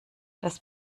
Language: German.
das